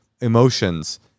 emotions